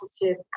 positive